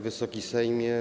Wysoki Sejmie!